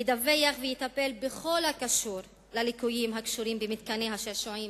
ידווח על ליקויים הקשורים במתקני השעשועים